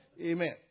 Amen